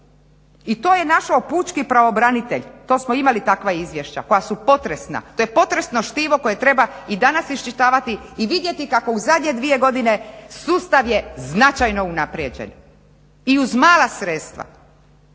i to je našao pučki pravobranitelj. To smo imali takva izvješća koja su potresna. To je potresno štivo koje treba i danas iščitavati i vidjeti kako u zadnje dvije godine sustav je značajno unaprijeđen i uz mala sredstva